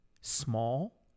small